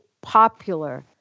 popular